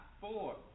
four